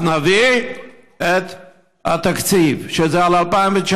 אז נביא את התקציב, שהוא ל-2019.